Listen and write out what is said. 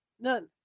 None